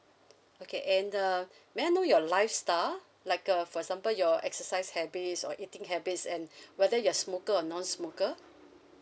okay and uh may I know your lifestyle like uh for example your exercise habits or eating habits and whether you're smoker or non-smoker